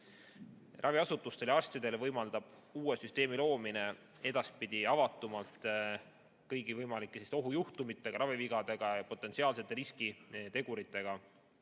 Raviasutustel ja arstidel võimaldab uue süsteemi loomine edaspidi avatumalt kõigi võimalike ohujuhtumitega, ravivigadega ja potentsiaalsete riskiteguritega